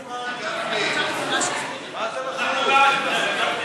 הצום רק ביום שני.